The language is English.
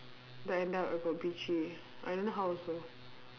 but end up I got B three I don't know how also